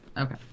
Okay